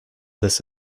this